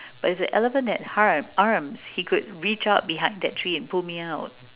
but if the elephant that human arms he could reach out behind that tree and pull me out